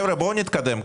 חבר'ה, בואו נתקדם.